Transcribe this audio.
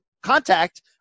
contact